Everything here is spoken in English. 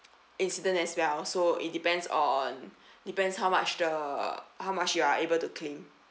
incident as well so it depends on depends how much the how much you are able to claim